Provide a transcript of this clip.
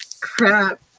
crap